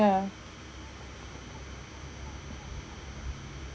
ya